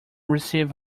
received